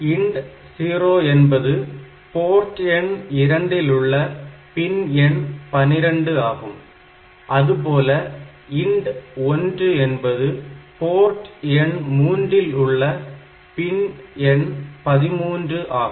INT0 என்பது port எண் இரண்டில் உள்ள பின் எண் 12 ஆகும் அதுபோல INT1 என்பது போர்ட் எண் மூன்றில் உள்ள பின் எண் 13 ஆகும்